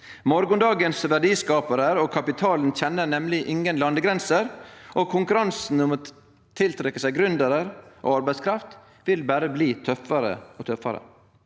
Morgondagens verdiskaparar og kapitalen kjenner nemleg ingen landegrenser, og konkurransen om å tiltrekkje seg gründerar og arbeidskraft vil berre bli tøffare og tøffare.